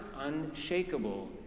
unshakable